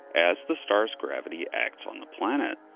as the star's gravity acts on the planet.